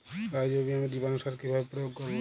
Rhizobium জীবানুসার কিভাবে প্রয়োগ করব?